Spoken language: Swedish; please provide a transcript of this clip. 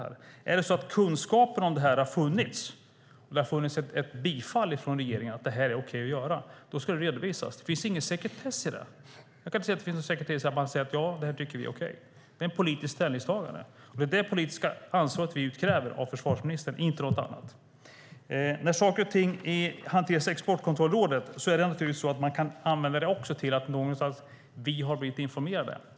Är det så att kunskapen om detta har funnits och det har funnits ett bifall från regeringen att detta är okej att göra ska det redovisas. Det finns ingen sekretess i detta. Jag kan inte se att det finns någon sekretess i att man säger att man tycker att det här är okej. Det är ett politiskt ställningstagande, och det är det politiska ansvaret vi utkräver av försvarsministern, inget annat. När saker och ting hanteras i Exportkontrollrådet är det naturligtvis så att man kan vända också det till att vi har blivit informerade.